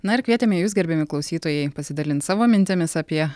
na ir kviečiame jus gerbiami klausytojai pasidalint savo mintimis apie